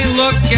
look